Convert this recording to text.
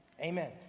Amen